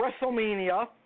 Wrestlemania